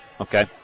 Okay